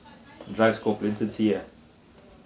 drive scop~ ah